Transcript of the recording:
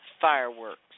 fireworks